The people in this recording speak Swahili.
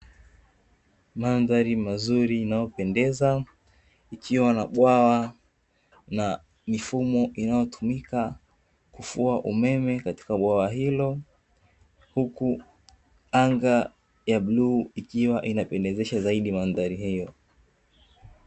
Mandhari mazuri inayopendeza, ikiwa na bwawa na mifumo inayotumika kufua umeme katika bwawa hilo, huku anga ya bluu ikiwa inapendezesha zaidi mandhari hiyo.